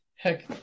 Heck